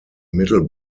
middle